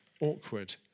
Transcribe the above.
awkward